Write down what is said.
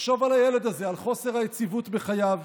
נחשוב על הילד הזה, על חוסר היציבות בחייו,